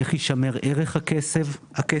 איך יישמר ערך הכסף?